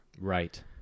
Right